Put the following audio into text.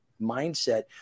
mindset